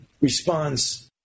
response